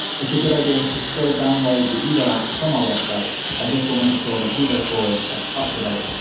it's a good idea to still download the evo app from our website as this will make sure that evo four is kept up to date,